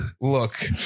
look